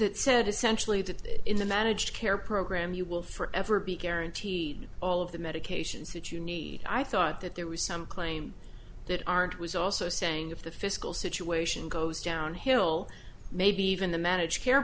that said essentially that in the managed care program you will forever be guaranteed all of the medications that you need i thought that there was some claim that aren't was also saying if the fiscal situation goes downhill maybe even the managed care